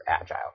Agile